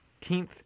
18th